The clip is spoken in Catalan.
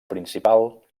principal